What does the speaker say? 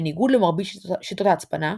בניגוד למרבית שיטות ההצפנה,